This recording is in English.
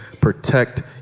protect